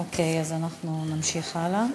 אוקיי, אנחנו נמשיך הלאה.